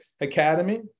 Academy